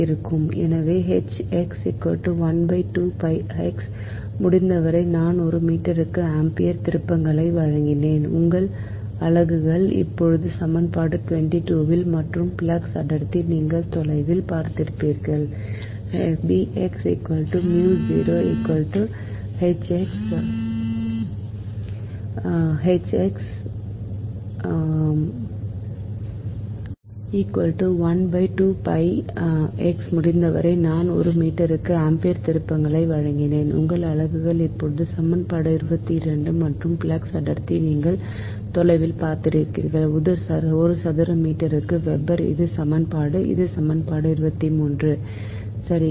எனவே முடிந்தவரை நான் ஒரு மீட்டருக்கு ஆம்பியர் திருப்பங்களை வழங்கினேன் உங்கள் அலகுகள் இப்போது சமன்பாடு 22 மற்றும் ஃப்ளக்ஸ் அடர்த்தி நீங்கள் தொலைவில் பார்த்திருக்கிறீர்கள் x ஒரு சதுர மீட்டருக்கு வெபர் இது சமன்பாடு இது சமன்பாடு 23 சரி